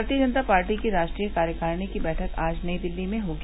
भारतीय जनता पार्टी की राष्ट्रीय कार्यकारिणी की बैठक आज नई दिल्ली में होगी